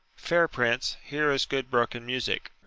fair prince, here is good broken music.